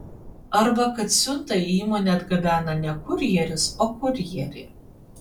arba kad siuntą į įmonę atgabena ne kurjeris o kurjerė